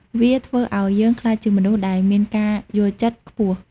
វាធ្វើឱ្យយើងក្លាយជាមនុស្សដែលមានការយល់ចិត្ត ខ្ពស់។